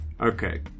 Okay